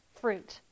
fruit